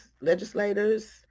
legislators